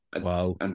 wow